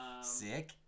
sick